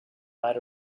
might